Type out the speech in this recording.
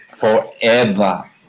forever